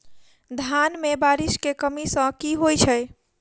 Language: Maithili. धान मे बारिश केँ कमी सँ की होइ छै?